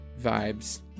vibes